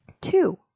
Two